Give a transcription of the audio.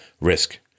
risk